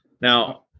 Now